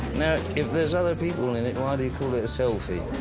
now if there's other people in it, why do you call it a selfie?